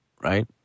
right